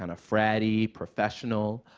and of fratty, professional,